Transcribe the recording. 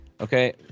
Okay